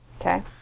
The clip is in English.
Okay